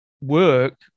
work